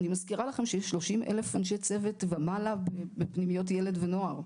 אני מזכירה לכם שיש 30 אלף אנשי צוות ומעלה בפנימיות ילד ונוער.